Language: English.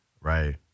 right